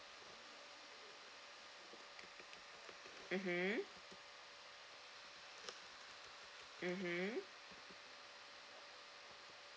mmhmm mmhmm